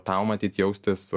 tau matyt jaustis